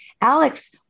Alex